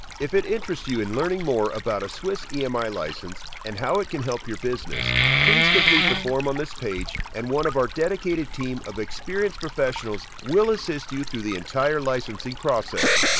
if it interests you in learning more about a swiss emi license and how it can help your business please complete the form on this page and one of our dedicated team of experienced professionals will assist you through the entire licensing process